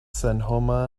senhoma